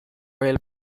rail